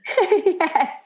Yes